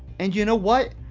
and you know what,